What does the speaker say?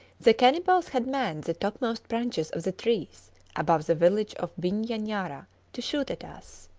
the cannibals had manned the topmost branches of the trees above the village of vinya njara to shoot at us.